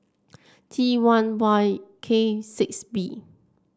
T one Y K six B